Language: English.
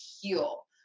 heal